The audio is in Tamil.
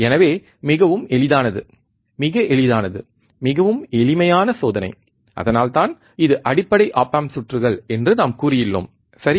எனவே மிகவும் எளிதானது மிக எளிதானது மிகவும் எளிமையான சோதனை அதனால்தான் இது அடிப்படை ஒப் ஆம்ப் சுற்றுகள் என்று நாம் கூறியுள்ளோம் சரி